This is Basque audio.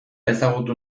ezagutu